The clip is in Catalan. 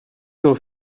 del